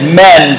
men